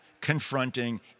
confronting